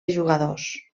jugadors